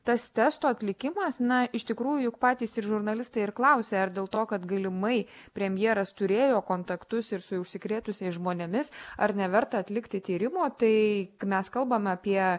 tas testų atlikimas na iš tikrųjų juk patys ir žurnalistai ir klausė ar dėl to kad galimai premjeras turėjo kontaktus ir su užsikrėtusiais žmonėmis ar neverta atlikti tyrimo tai mes kalbame apie